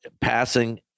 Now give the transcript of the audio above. passing